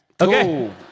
Okay